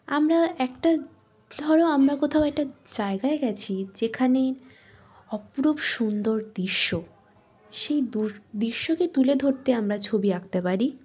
আমরা একটা ধরো আমরা কোথাও একটা জায়গায় গিয়েছি যেখানে অপরূপ সুন্দর দৃশ্য সেই দৃশ্যকে তুলে ধরতে আমরা ছবি আঁকতে পারি